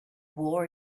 war